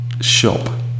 shop